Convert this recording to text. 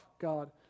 God